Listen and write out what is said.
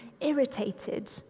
irritated